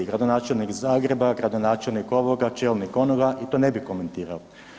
Gradonačelnik Zagreba, gradonačelnik ovoga, čelnik onoga i to ne bih komentirao.